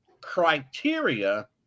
criteria